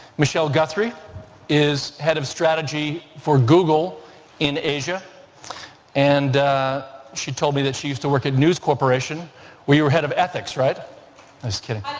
michelle guthrie is head of strategy for google in asia and she told me that she used to work at news corporation where you're head of ethics, right? i'm just kidding.